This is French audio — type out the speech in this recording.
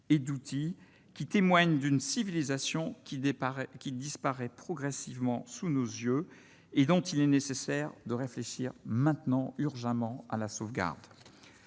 et d'outils qui témoignent d'une civilisation qui départ qui disparaît progressivement sous nos yeux et dont il est nécessaire de réfléchir maintenant urgemment à la sauvegarde